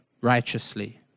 righteously